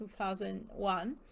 2001